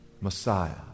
Messiah